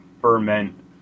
Ferment